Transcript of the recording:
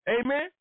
Amen